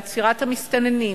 עצירת המסתננים,